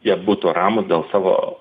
jie būtų ramūs dėl savo